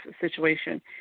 situation